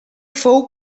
fou